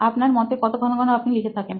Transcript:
আপনার মতে কত ঘন ঘন আপনি লিখে থাকেন